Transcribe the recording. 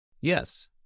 Yes